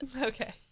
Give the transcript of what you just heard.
Okay